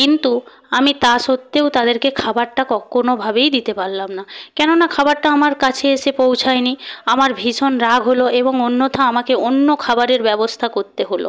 কিন্তু আমি তা সত্ত্বেও তাদেরকে খাবারটা কোনোভাবেই দিতে পারলাম না কেননা খাবারটা আমার কাছে এসে পৌঁছায়নি আমার ভীষণ রাগ হল এবং অন্যথা আমাকে অন্য খাবারের ব্যবস্থা করতে হল